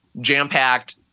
jam-packed